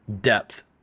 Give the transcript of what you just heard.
depth